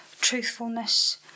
truthfulness